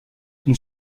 une